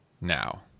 now